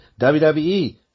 WWE